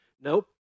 Nope